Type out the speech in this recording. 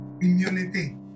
Immunity